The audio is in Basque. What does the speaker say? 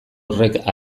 horrek